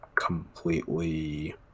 completely